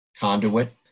conduit